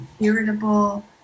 irritable